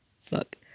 Fuck